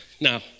Now